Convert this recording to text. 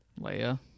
Leia